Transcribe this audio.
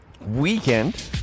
weekend